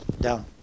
down